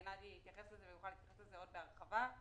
גנאדי התייחס לזה ויוכל להתייחס לזה עוד בהרחבה.